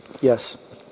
Yes